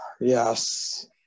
yes